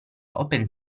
open